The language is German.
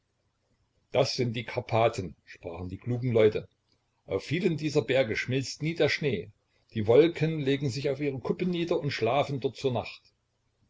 das sind die karpathen sprachen die klugen leute auf vielen dieser berge schmilzt nie der schnee die wolken legen sich auf ihre kuppen nieder und schlafen dort zur nacht